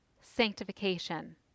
sanctification